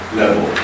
level